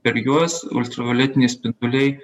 per juos ultravioletiniai spinduliai